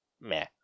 meh